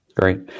Great